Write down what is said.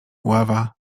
ława